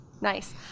Nice